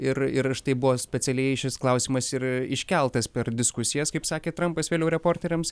ir ir štai buvo specialiai šis klausimas ir iškeltas per diskusijas kaip sakė trampas vėliau reporteriams